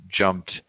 jumped